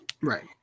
Right